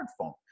smartphone